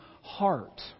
heart